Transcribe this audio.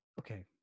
okay